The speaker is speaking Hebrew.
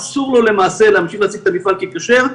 אסור לו למעשה להמשיך להציג את המפעל ככשר.